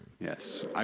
Yes